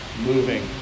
moving